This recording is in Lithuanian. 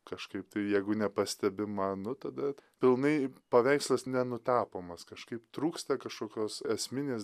kažkaip tai jeigu nepastebi man nu tada pilnai paveikslas nenutapomas kažkaip trūksta kašokios esminės